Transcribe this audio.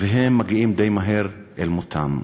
והם מגיעים די מהר אל מותם.